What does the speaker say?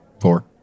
four